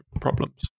problems